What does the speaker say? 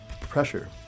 pressure